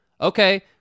Okay